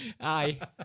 Aye